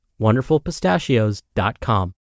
WonderfulPistachios.com